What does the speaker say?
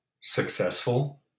successful